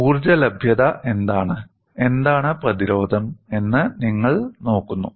ഊർജ്ജ ലഭ്യത എന്താണ് എന്താണ് പ്രതിരോധം എന്ന് നിങ്ങൾ നോക്കുന്നു